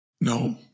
No